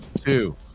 two